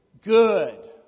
Good